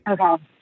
Okay